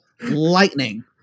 lightning